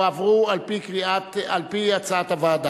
עברו על-פי הצעת הוועדה.